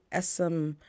sm